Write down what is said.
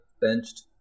benched